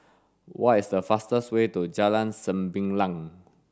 what is the fastest way to Jalan Sembilang